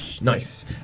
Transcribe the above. Nice